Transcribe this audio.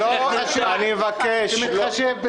אופיר סופר